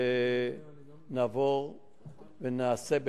ונעבור ונעשה,